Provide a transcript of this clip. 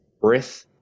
Breath